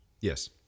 Yes